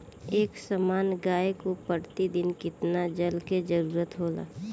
एक सामान्य गाय को प्रतिदिन कितना जल के जरुरत होला?